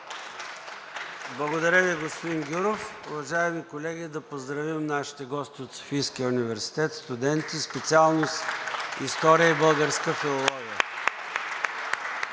Благодаря Ви, господин Гюров. Уважаеми колеги, да поздравим нашите гости от Софийския университет, студенти, специалности „История“ и „Българска филология“.